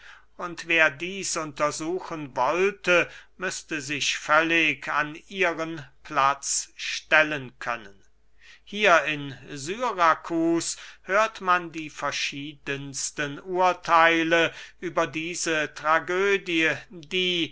und wer dieß untersuchen wollte müßte sich völlig an ihren platz stellen können hier in syrakus hört man die verschiedensten urtheile über diese tragödie die